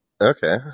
Okay